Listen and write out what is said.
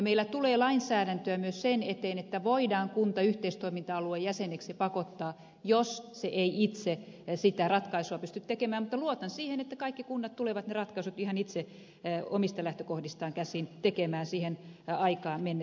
meillä tulee lainsäädäntöä myös sen eteen että voidaan kunta yhteistoiminta aluejäseneksi pakottaa jos se ei itse sitä ratkaisua pysty tekemään mutta luotan siihen että kaikki kunnat tulevat ne ratkaisut ihan itse omista lähtökohdistaan käsin tekemään siihen aikaan mennessä